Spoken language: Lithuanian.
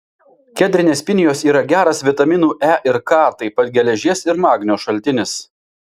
kedrinės pinijos yra geras vitaminų e ir k taip pat geležies ir magnio šaltinis